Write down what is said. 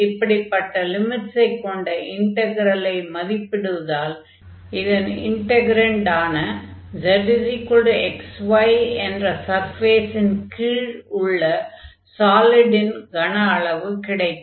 இப்படிப்பட்ட லிமிட்ஸை கொண்ட இன்ட்கரலை மதிப்பிடுவதால் இதன் இன்டக்ரன்டான z xy என்ற சர்ஃபேஸின் கீழுள்ள சாலிட்டின் கன அளவு கிடைக்கும்